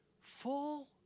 full